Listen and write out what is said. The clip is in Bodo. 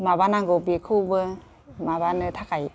माबा नांगौ बेखौबो माबानो थाखाय